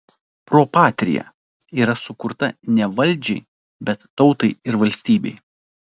pro patria yra sukurta ne valdžiai bet tautai ir valstybei